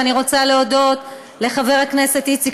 ואני רוצה להודות לחברי הכנסת איציק